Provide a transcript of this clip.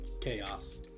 chaos